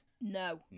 No